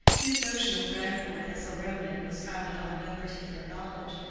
his notion of grandcourt as a remnant was founded on no particular knowledge,